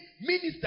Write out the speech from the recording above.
minister